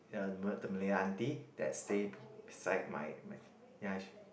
ya you know the malay aunty that stay beside my my ya